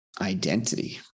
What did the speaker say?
identity